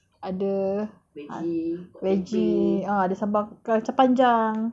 ada veggie ah ada sambal kacang panjang